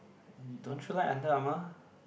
mm don't you like Under-Armour